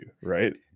right